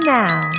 now